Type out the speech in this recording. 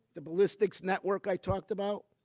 the ballistics network i talked about,